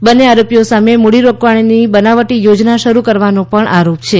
બંને આરોપીઓ સામે મૂડીરોકાણની બનાવટી યોજના શરૂ કરવાનો આરોપ છે